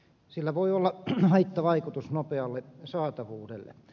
sillä voi olla haittavaikutus nopealle saatavuudelle